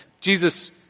Jesus